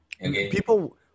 People